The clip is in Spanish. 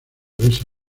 besa